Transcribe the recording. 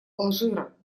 алжира